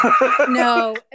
No